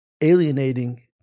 alienating